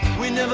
when